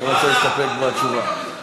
הוא מציע להסתפק בתשובה.